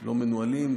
לא מנוהלים.